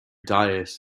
diet